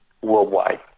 worldwide